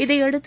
இதையடுத்து